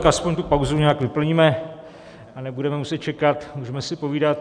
Aspoň tu pauzu nějak vyplníme a nebudeme muset čekat, můžeme si povídat.